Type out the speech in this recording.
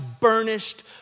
burnished